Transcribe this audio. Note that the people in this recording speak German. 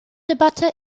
debatte